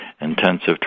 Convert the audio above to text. intensive